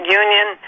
union